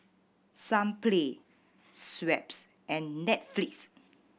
Sunplay Schweppes and Netflix